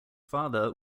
father